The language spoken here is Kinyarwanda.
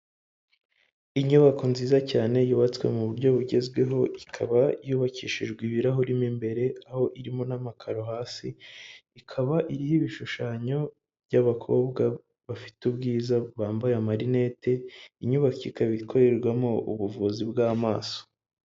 Inyubako nziza cyane yubatswe mu buryo bugezweho ikaba yubakishijwe ibirahuri mu imbere aho irimo n'amakaro hasi ikaba iy'ibishushanyo by'abakobwa bafite ubwiza bambaye marinete, inyubako ikaba ikorerwamo ubuvuzi bw'amaso.